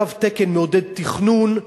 תו התקן מעודד תכנון,